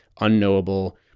unknowable